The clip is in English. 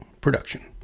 production